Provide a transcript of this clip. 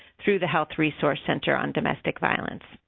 through the health resource center on domestic violence.